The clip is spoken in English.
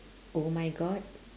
oh my god